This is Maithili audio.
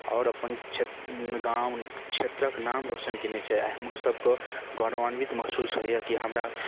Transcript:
आओर अपन क्षेत्र गाम क्षेत्रके नाम रोशन कएने छै आइ हमरोसभके गौरवान्वित महसूस होइए कि हमरा